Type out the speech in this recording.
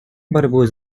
борьбой